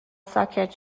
ساکت